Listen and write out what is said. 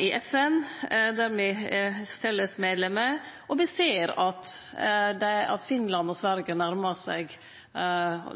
I FN er me felles medlemer, og me ser at Finland og Sverige nærmar seg